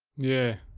yeah,